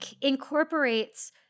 incorporates